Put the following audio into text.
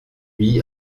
lui